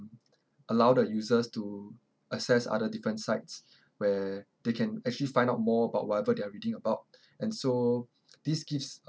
allow the users to access other different sites where they can actually find out more about whatever they are reading about and so this gives